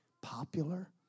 popular